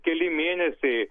keli mėnesiai